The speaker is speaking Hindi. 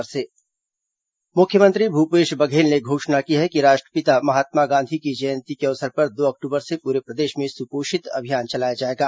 मुख्यमंत्री सुपोषण अभियान मुख्यमंत्री भूपेश बघेल ने घोषणा की है कि राष्ट्रपिता महात्मा गांधी की जयंती के अवसर पर दो अक्टूबर से पूरे प्रदेश में सुपोषित अभियान चलाया जाएगा